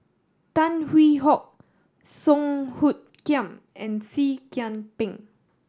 Tan Hwee Hock Song Hoot Kiam and Seah Kian Peng